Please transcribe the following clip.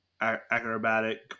acrobatic